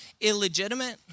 illegitimate